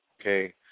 Okay